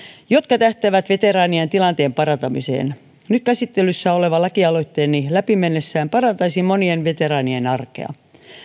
jotka tähtäävät veteraanien tilanteen parantamiseen nyt käsittelyssä oleva lakialoitteeni läpi mennessään parantaisi monien veteraanien arkea